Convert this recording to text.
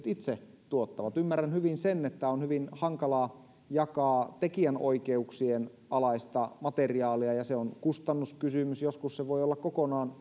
itse tuottavat ymmärrän hyvin sen että on hyvin hankalaa jakaa tekijänoikeuksien alaista materiaalia ja se on kustannuskysymys joskus se voi olla kokonaan